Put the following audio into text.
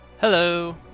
Hello